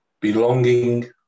belonging